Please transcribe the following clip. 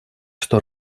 что